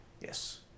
Yes